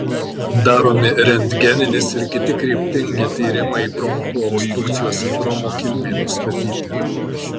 daromi rentgeninis ir kiti kryptingi tyrimai bronchų obstrukcijos sindromo kilmei nustatyti